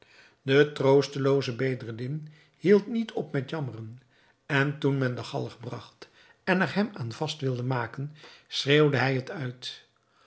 de troostelooze bedreddin hield niet op met jammeren en toen men de galg bragt en er hem aan vast wilde maken schreeuwde hij het uit